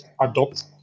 adopt